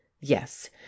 yes